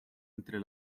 entre